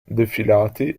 defilati